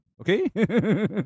Okay